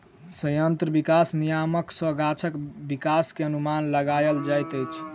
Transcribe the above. संयंत्र विकास नियामक सॅ गाछक विकास के अनुमान लगायल जाइत अछि